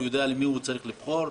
יודע במי הוא צריך לבחור,